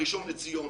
הראשון לציון,